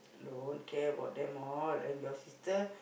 don't care about them all and your sister